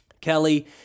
Kelly